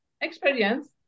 experience